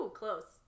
close